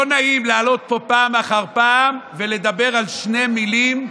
לא נעים לעלות פה פעם אחר פעם ולדבר על שתי מילים שחוזרות,